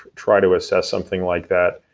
try to assess something like that,